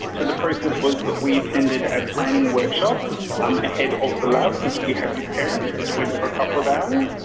the process was that we attended a planning workshop ahead of the lab which we had with parents, which went for a couple of hours,